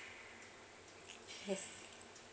yes